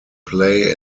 play